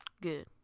Good